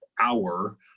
hour